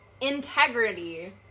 integrity